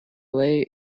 lay